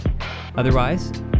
Otherwise